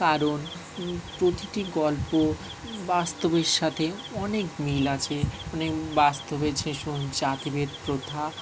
কারণ প্রতিটি গল্প বাস্তবের সাথে অনেক মিল আছে মানে বাস্তবের শিশুন জাতিভেদ প্রথা